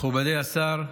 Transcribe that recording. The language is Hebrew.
מכובדי השר,